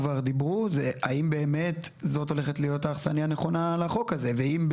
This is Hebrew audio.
היא אם האכסניה הנכונה לחוק הזה היא משרד התחבורה.